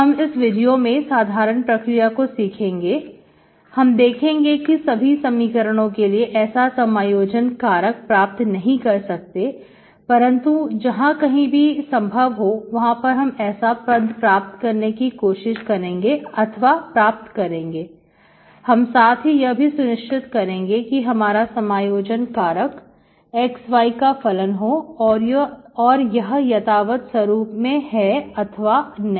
हम इस वीडियो में साधारण प्रक्रिया को सीखेंगे हम देखेंगे कि हम सभी समीकरणों के लिए ऐसा समायोजन कारक प्राप्त नहीं कर सकते परंतु जहां कहीं भी संभव हो वहां पर हम ऐसा पद प्राप्त करने की कोशिश करेंगे अथवा प्राप्त करेंगे हम साथ ही यह भी सुनिश्चित करेंगे कि हमारा समायोजन कारक xy का फलन हो और यह यथावत स्वरूप में है अथवा नहीं